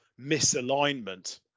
misalignment